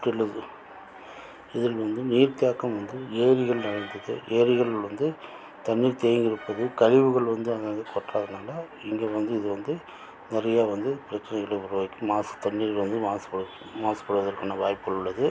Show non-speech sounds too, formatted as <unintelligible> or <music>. <unintelligible> இதில் வந்து நீர் தேக்கம் வந்து ஏரிகள் நிறைந்தது ஏரிகள் வந்து தண்ணீர் தேங்கி இருப்பது கழிவுகள் வந்து அங்கங்கே கொட்டுறதினால இங்கே வந்து இது வந்து நிறையா வந்து பிரச்சினைகளை உருவாக்கி மாசு தண்ணீர் வந்து மாசு ப மாசுபடுவதற்கான வாய்ப்பு உள்ளது